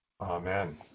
Amen